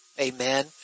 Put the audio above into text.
Amen